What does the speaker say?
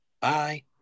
bye